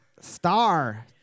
star